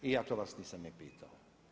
I ja to vas nisam ni pitao.